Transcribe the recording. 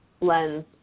lens